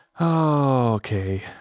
Okay